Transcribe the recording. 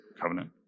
covenant